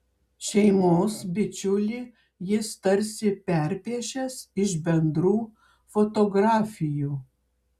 šeimos bičiulį jis tarsi perpiešęs iš bendrų fotografijų